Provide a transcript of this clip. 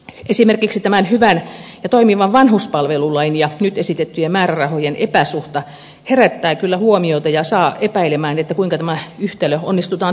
esimerkiksi tämän hyvän ja toimivan vanhuspalvelulain ja nyt esitettyjen määrärahojen epäsuhta herättää kyllä huomiota ja saa epäilemään kuinka tämä yhtälö onnistutaan toteuttamaan